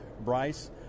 Bryce